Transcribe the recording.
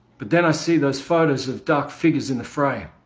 but then i see those photos ofdark figures in the fraythe